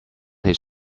his